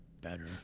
better